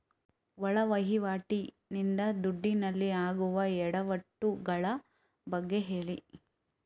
ಒಳ ವಹಿವಾಟಿ ನಿಂದ ದುಡ್ಡಿನಲ್ಲಿ ಆಗುವ ಎಡವಟ್ಟು ಗಳ ಬಗ್ಗೆ ಹೇಳಿ